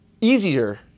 easier